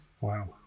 Wow